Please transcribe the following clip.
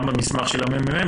גם במסמך של הממ"מ,